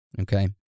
Okay